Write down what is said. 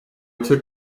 took